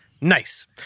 Nice